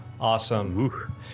Awesome